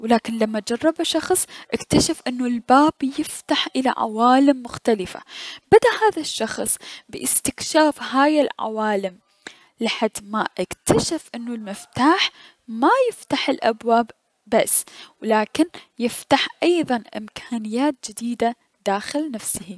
و لكن لما جربه شخص, اكتشف انو الباب يفتح الى عوالم مختلفة، بدا هذا الشخص بأستكشاف هاي العوالم لحد ما اكتشف انو المفتاح ما يفتح الأبواب بس ولكن يفتح ايضا امكانيات جديدة داخل نفسه.